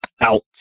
out